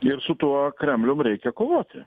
ir su tuo kremlium reikia kovoti